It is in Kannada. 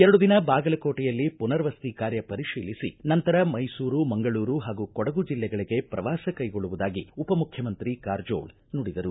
ಎರಡು ದಿನ ಬಾಗಲಕೋಟೆಯಲ್ಲಿ ಮನರ್ವಸತಿ ಕಾರ್ಯ ಪರಿಶೀಲಿಸಿ ನಂತರ ಮೈಸೂರು ಮಂಗಳೂರು ಹಾಗೂ ಕೊಡಗು ಜಿಲ್ಲೆಗಳಿಗೆ ಪ್ರವಾಸ ಕೈಗೊಳ್ಳುವುದಾಗಿ ಉಪಮುಖ್ಯಮಂತ್ರಿ ಕಾರಜೋಳ ನುಡಿದರು